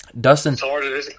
Dustin